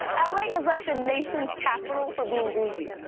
l a. is like the nation's capital for being boujee.